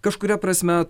kažkuria prasme